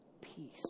peace